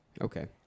Okay